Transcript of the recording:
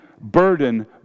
burden